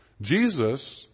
Jesus